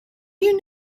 you